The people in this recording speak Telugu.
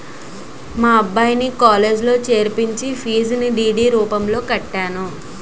మా అబ్బాయిని కాలేజీలో చేర్పించి ఫీజును డి.డి రూపంలో కట్టాను